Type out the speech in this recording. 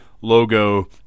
logo